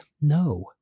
no